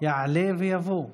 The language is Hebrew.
יעלה ויבוא ויגיע.